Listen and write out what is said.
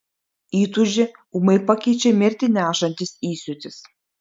įtūžį ūmai pakeičia mirtį nešantis įsiūtis